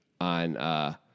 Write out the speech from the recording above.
on